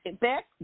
back